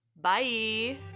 Bye